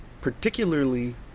particularly